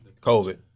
COVID